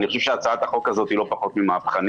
הצעת החוק הזו היא לא פחות ממהפכנית,